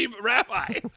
rabbi